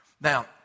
Now